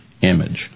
image